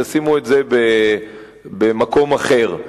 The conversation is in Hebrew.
תשימו את זה במקום אחר,